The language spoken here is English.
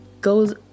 goes